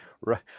Right